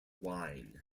wine